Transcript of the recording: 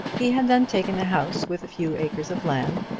he had then taken a house with a few acres of land,